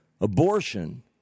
abortion